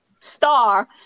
star